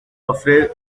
afraid